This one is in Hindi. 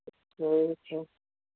वही तो